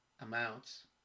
amounts